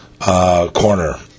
corner